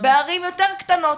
יותר קטנות.